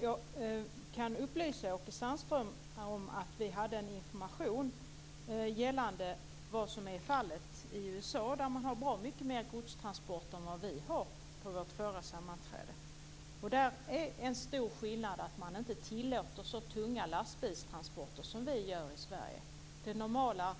Jag kan upplysa Åke Sandström om att vi på vårt förra sammanträde hade information om vad som är fallet i USA, där man har bra mycket mer godstransporter än vi har. En stor skillnad är att man inte tillåter så tunga lastbilstransporter som vi gör i Sverige. Det normala